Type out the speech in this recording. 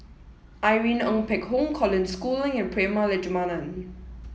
Irene Ng Phek Hoong Colin Schooling and Prema Letchumanan